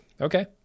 Okay